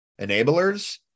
enablers